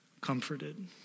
comforted